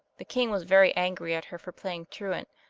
the king was very angry at her for playing truant,